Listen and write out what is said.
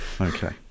okay